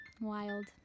wild